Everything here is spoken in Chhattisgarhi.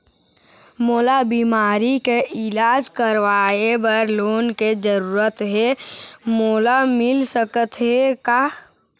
मोला बीमारी के इलाज करवाए बर लोन के जरूरत हे मोला मिल सकत हे का?